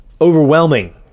overwhelming